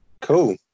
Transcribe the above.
cool